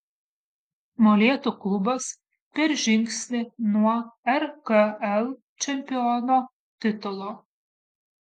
molėtų klubas per žingsnį nuo rkl čempiono titulo